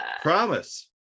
promise